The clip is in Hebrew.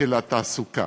של התעסוקה.